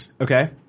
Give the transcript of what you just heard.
Okay